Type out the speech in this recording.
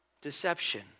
deception